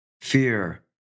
fear